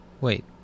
Wait